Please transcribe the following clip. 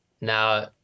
now